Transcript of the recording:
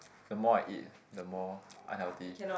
the more I eat the more unhealthy